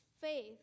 faith